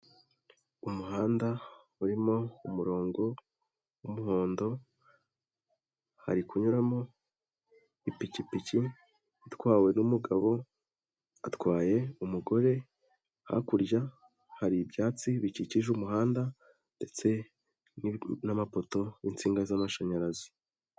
Umuhanda urimo umurongo w'umuhondo, hari kunyuramo ipikipiki itwawe n'umugabo, atwaye umugore, hakurya hari ibyatsi bikikije umuhanda ndetse n'amapoto y'insinga z'amashanyarazi.